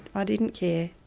i didn't care.